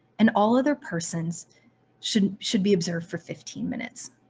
and all other persons should should be observed for fifteen minutes.